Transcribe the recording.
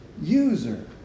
User